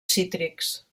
cítrics